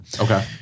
Okay